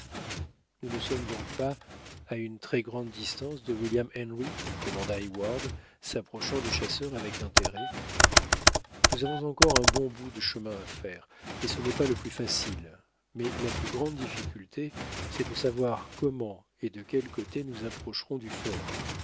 nous ne sommes donc pas à une très grande distance de william henry demanda heyward s'approchant du chasseur avec intérêt nous avons encore un bon bout de chemin à faire et ce n'est pas le plus facile mais la plus grande difficulté c'est de savoir comment et de quel côté nous approcherons du fort